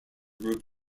group